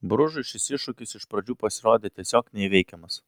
bružui šis iššūkis iš pradžių pasirodė tiesiog neįveikiamas